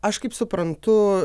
aš kaip suprantu